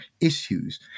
issues